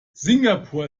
singapur